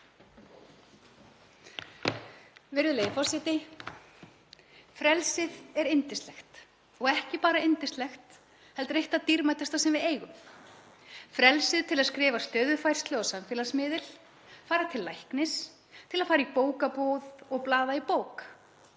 Virðulegur forseti. Frelsið er yndislegt og ekki bara yndislegt heldur eitt það dýrmætasta sem við eigum. Frelsið til að skrifa stöðufærslu á samfélagsmiðil, fara til læknis, til að fara í bókabúð og blaða í bók